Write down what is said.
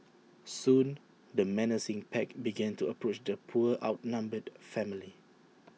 soon the menacing pack began to approach the poor outnumbered family